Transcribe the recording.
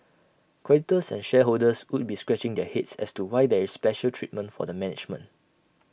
creditors and shareholders would be scratching their heads as to why there is special treatment for the management